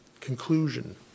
conclusion